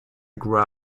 grew